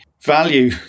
value